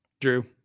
Drew